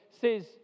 says